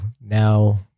now